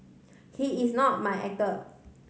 he is not my actor